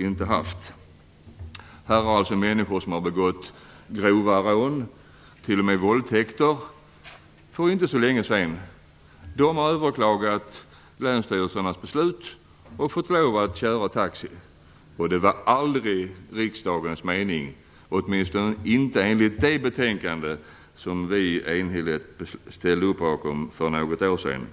Det finns människor som har begått grova rån, och t.o.m. våldtäkter, för inte så länge sedan som har överklagat länsstyrelsernas beslut och fått lov att köra taxi. Det var inte riksdagens mening, åtminstone inte enligt det betänkande som vi enhälligt ställde upp bakom för något år sedan.